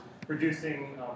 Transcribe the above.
producing